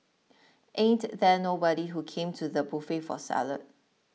ain't there nobody who came to the buffet for salad